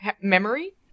memory